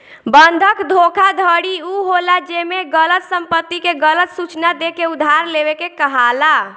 बंधक धोखाधड़ी उ होला जेमे गलत संपत्ति के गलत सूचना देके उधार लेवे के कहाला